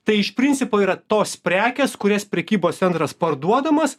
tai iš principo yra tos prekės kurias prekybos centras parduodamas